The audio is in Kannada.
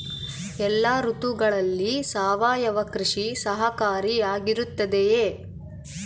ಎಲ್ಲ ಋತುಗಳಲ್ಲಿ ಸಾವಯವ ಕೃಷಿ ಸಹಕಾರಿಯಾಗಿರುತ್ತದೆಯೇ?